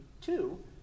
two